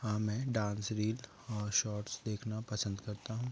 हाँ मैं dance reel और शॉर्ट्स देखना पसंद करता हूँ